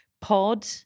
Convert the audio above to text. pod